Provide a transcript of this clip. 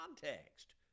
context